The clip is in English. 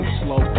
slow